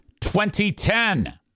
2010